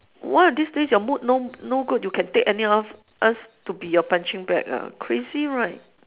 one of these days your mood no no good you can take any of us to be your punching bag ah crazy right